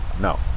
no